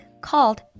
called